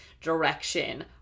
direction